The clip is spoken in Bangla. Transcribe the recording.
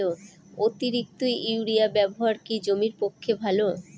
অতিরিক্ত ইউরিয়া ব্যবহার কি জমির পক্ষে ভালো?